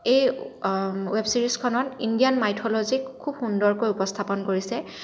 এই ৱেব ছিৰিজখনত ইণ্ডিয়ান মাইথল'জীক খুব সুন্দৰকৈ উপস্থাপন কৰিছে